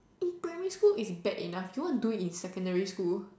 in primary school it's bad enough you want to do it in secondary school